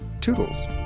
toodles